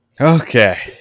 okay